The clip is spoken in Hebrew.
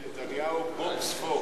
ביבי נתניהו, "בוב ספוג".